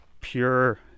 pure